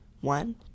one